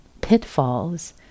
pitfalls